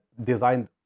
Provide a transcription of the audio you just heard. designed